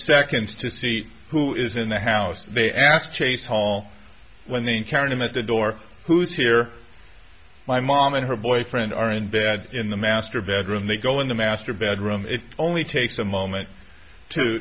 seconds to see who is in the house they asked chase hall when they encountered him at the door who's here my mom and her boyfriend are in bed in the master bedroom they go in the master bedroom it only takes a moment to